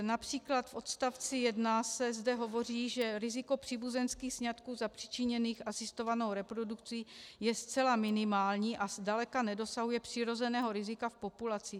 Například v odstavci 1 se zde hovoří, že riziko příbuzenských sňatků zapříčiněných asistovanou reprodukcí je zcela minimální a zdaleka nedosahuje přirozeného rizika v populaci.